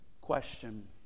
question